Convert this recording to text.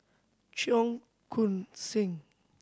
Cheong Koon Seng